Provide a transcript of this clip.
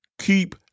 keep